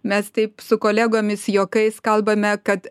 mes taip su kolegomis juokais kalbame kad